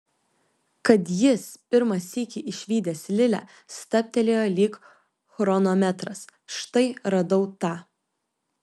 kad jis pirmą sykį išvydęs lilę stabtelėjo lyg chronometras štai radau tą